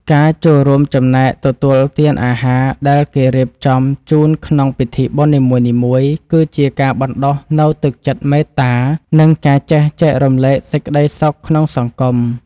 ការចូលរួមចំណែកទទួលទានអាហារដែលគេរៀបចំជូនក្នុងពិធីបុណ្យនីមួយៗ គឺជាការបណ្តុះនូវទឹកចិត្តមេត្តា និងការចេះចែករំលែកសេចក្តីសុខក្នុងសង្គម។